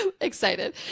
excited